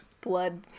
blood